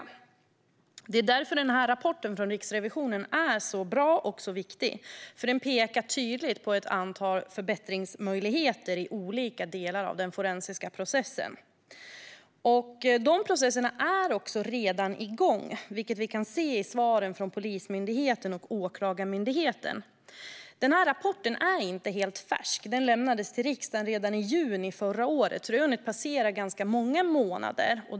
Det är därför rapporten från Riksrevisionen är så bra och viktig, för den pekar tydligt på ett antal förbättringsmöjligheter i olika delar av den forensiska processen. Dessa processer är redan igång, vilket vi kan se i svaren från Polismyndigheten och Åklagarmyndigheten. Rapporten är inte helt färsk. Den lämnades till riksdagen redan i juni förra året, så det har hunnit passera ganska många månader.